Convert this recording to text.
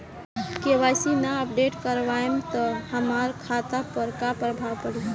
KYC ना update करवाएम त हमार खाता पर का प्रभाव पड़ी?